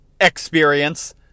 experience